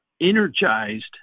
energized